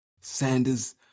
Sanders